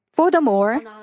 Furthermore